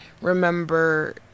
Remember